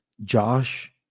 josh